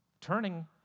turning